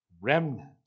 remnant